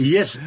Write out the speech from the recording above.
Yes